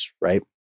right